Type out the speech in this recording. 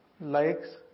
likes